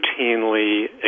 routinely